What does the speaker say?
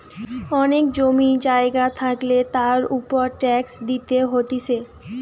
অনেক জমি জায়গা থাকলে তার উপর ট্যাক্স দিতে হতিছে